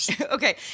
Okay